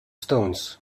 stones